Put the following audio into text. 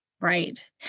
Right